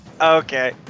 Okay